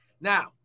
Now